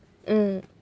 mm